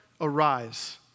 arise